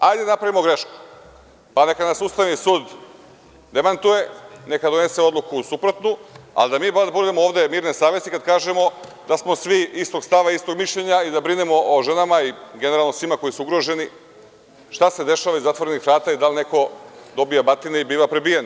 Hajde da napravimo grešku, pa neka nas Ustavni sud demantuje, neka donese suprotnu odluku, ali da mi bar budemo ovde mirne savesti kada kažemo da smo svi istog stava i istog mišljenja i da brinemo o ženama i svima koji su ugroženi, šta se dešava iza zatvorenih vrata i da li neko dobija batine i biva prebijen?